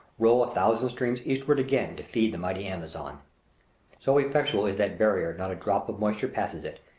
roll a thousand streams eastward again to feed the mighty amazon so effectual is that barrier, not a drop of moisture passes it,